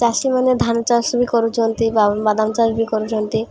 ଚାଷୀମାନେ ଧାନ ଚାଷ ବି କରୁଛନ୍ତି ବା ବାଦାମ ଚାଷ ବି କରୁଛନ୍ତି